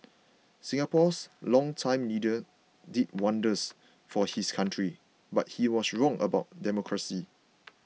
Singapore's longtime leader did wonders for his country but he was wrong about democracy